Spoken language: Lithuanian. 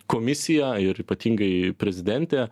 komisija ir ypatingai prezidentė